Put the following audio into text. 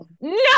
No